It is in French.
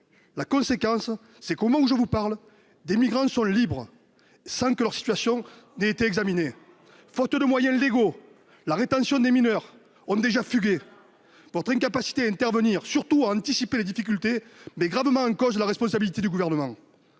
La conséquence est que, au moment où je vous parle, des migrants sont libres, sans que leur situation ait été examinée. Faute de moyens légaux de rétention, des mineurs ont déjà fugué. Votre incapacité à intervenir et, surtout, à anticiper les difficultés met gravement en cause la responsabilité du Gouvernement.